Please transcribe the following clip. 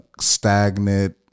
stagnant